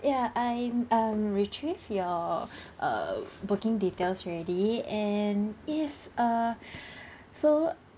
ya I'm um retrieve your uh booking details already and yes uh so